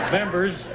Members